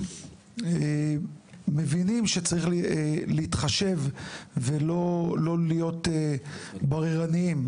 מבינים שצריך להתחשב ולא להיות בררנים,